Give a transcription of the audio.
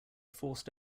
forced